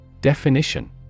Definition